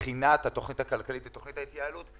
לבחינת התכנית הכלכלית ותכנית ההתייעלות,